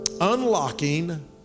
unlocking